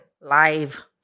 live